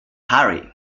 harry